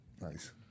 Nice